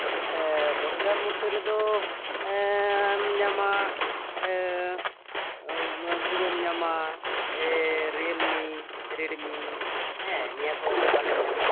ᱫᱚᱥ ᱦᱟᱡᱟᱨ ᱢᱮᱫᱽᱫᱷᱮ ᱨᱮᱫᱚ ᱧᱟᱢᱟ ᱵᱷᱤᱵᱳᱢ ᱧᱟᱢᱟ ᱮᱭ ᱨᱤᱭᱮᱞᱢᱤ ᱨᱮᱰᱢᱤ ᱦᱮᱸ ᱱᱤᱭᱟᱹ ᱠᱚ ᱢᱳᱵᱟᱭᱤᱞ ᱮᱢ ᱧᱟᱢᱟ